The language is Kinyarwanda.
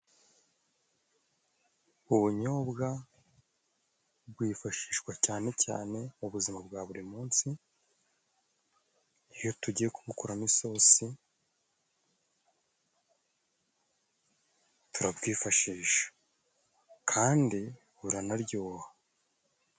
Ubunyobwa bwifashishwa cyane cyane mu buzima bwa buri munsi, iyo tugiye kubukuramo isosi turabwifashisha kandi buranaryoha.